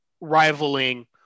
rivaling